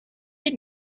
you